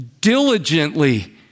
diligently